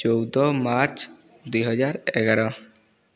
ଚଉଦ ମାର୍ଚ୍ଚ ଦୁଇହଜାର ଏଗାର